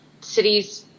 cities